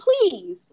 please